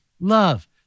love